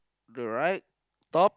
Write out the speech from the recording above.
the right top